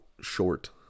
short